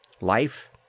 Life